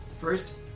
First